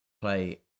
play